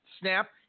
snap